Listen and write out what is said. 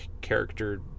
character